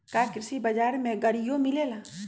का कृषि बजार में गड़ियो मिलेला?